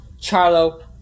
Charlo